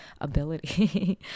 ability